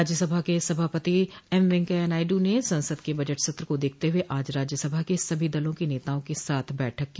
राज्यसभा के सभापति एम वेंकैया नायडू ने संसद के बजट सत्र को देखते हुए आज राज्य सभा के सभी दलों के नेताओं के साथ बैठक की